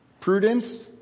Prudence